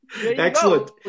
Excellent